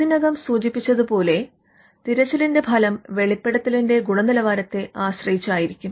ഇതിനകം സൂചിപ്പിച്ചതുപോലെ തിരച്ചിലിന്റെ ഫലം വെളിപ്പെടുത്തലിന്റെ ഗുണനിലവാരത്തെ ആശ്രയിച്ചിരിക്കും